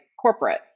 corporate